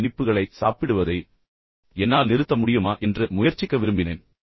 இந்த இனிப்புகளை சாப்பிடுவதை என்னால் நிறுத்த முடியுமா என்று முயற்சிக்க விரும்பினேன்